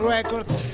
Records